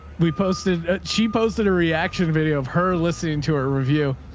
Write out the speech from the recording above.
we posted, she posted a reaction video of her listening to her review.